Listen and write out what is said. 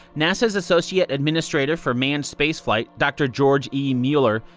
nasa's associate administrator for manned space flight, dr. george e. mueller,